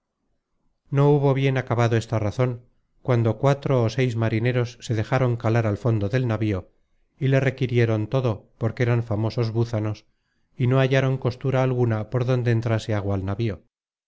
no hubo bien acabado esta razon cuando cuatro ó seis marineros se dejaron calar al fondo del navío y le requirieron todo porque eran famosos búzanos y no hallaron costura alguna por donde entrase agua al